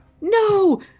No